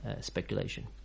speculation